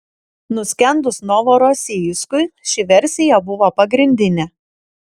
nuskendus novorosijskui ši versija buvo pagrindinė